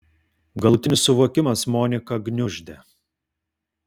galutinis suvokimas moniką gniuždė